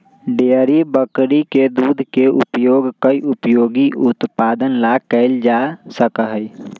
dairy बकरी के दूध के उपयोग कई उपयोगी उत्पादन ला कइल जा सका हई